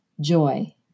Joy